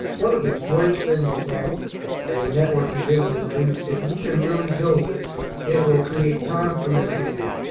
one of the great things about a networking business is if you can really build it it will create time freedom for you.